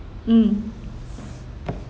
mm